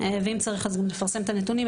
ואם צריך נפרסם את הנתונים.